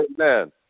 Amen